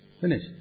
finish